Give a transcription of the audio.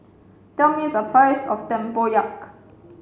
tell me the price of Tempoyak